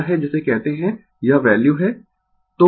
यह है जिसे कहते है यह वैल्यू है